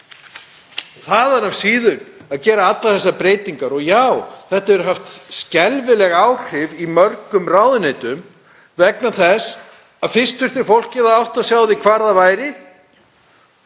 þaðan af síður að gera allar þessar breytingar. Og já, þetta hefur haft skelfileg áhrif í mörgum ráðuneytum vegna þess að fyrst þurfti fólkið að átta sig á því hvar það væri,